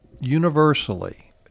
universally